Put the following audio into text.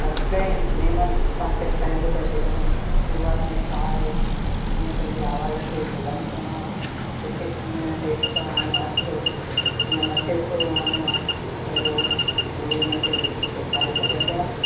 हर कंहिं नेम सां सिखाररींदो त पंहिंरियों शुरूवाति में छा आहे कीअं पंहिंजे आवाज़ खे बुलंद करणो आहे किथे कीअं हेठ करणो आहे सुर कीअं मथे सुर हणिणो आहे त उहो गुरु हुन खे सिखारे सघंदो आहे